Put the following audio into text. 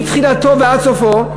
מתחילתו ועד סופו.